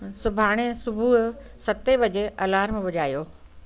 सुभाणे सुबूह सतें बजे अलार्म वजायो